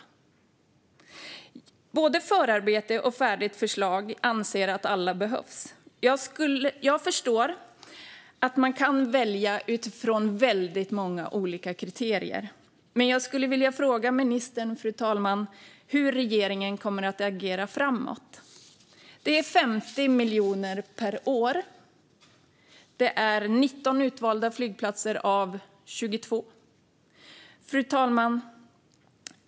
Enligt både förarbete och färdigt förslag anser man att alla behövs. Jag förstår att man kan välja utifrån väldigt många olika kriterier. Men jag skulle vilja fråga ministern, fru talman, hur regeringen kommer att agera framöver. Det handlar om 50 miljoner per år och 19 utvalda flygplatser av 22. Fru talman!